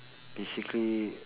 basically